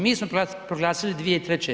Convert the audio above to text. Mi smo proglasili 2003.